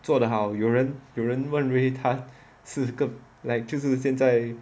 做的好有人有人认为他是个 like 就是现在